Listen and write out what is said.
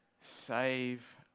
save